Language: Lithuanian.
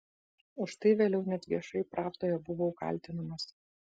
už tai vėliau net viešai pravdoje buvau kaltinamas